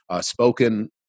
spoken